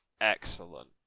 Excellent